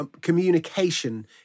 communication